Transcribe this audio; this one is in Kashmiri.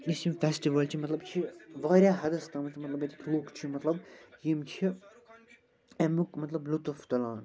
یُس یہِ فیسٹٕول چھُ مطلب یہِ چھُ وارِیاہ حدس تامتھ مطلب ییٚتِکۍ لوٗکھ چھِ مطلب یِم چھِ اَمیُک مطلب لُطف تُلان